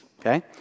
okay